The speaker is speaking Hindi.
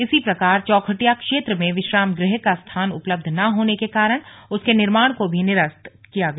इसी प्रकार चौखुटिया क्षेत्र में विश्राम गृह का स्थान उपलब्ध ना होने के कारण उसके निर्माण को भी निरस्त किया गया